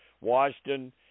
Washington